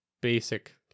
basic